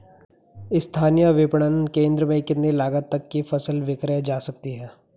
स्थानीय विपणन केंद्र में कितनी लागत तक कि फसल विक्रय जा सकती है?